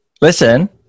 listen